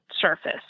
surface